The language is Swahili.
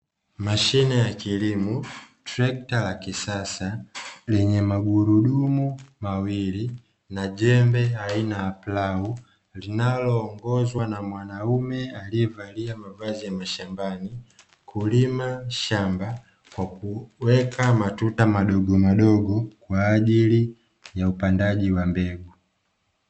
Mashine ya kilimo, trekta la kisasa lenye magurudumu mawili, na jembe aina ya plau, linaloongozwa na mwanaume aliyevalia mavazi ya mashambani, kulima shamba kwa kuweka matuta madogomadogo, kwa ajili ya upandaji wa mbegu.